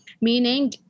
meaning